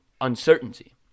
uncertainty